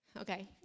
Okay